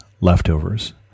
leftovers